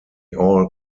all